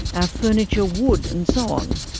our furniture wood and so on.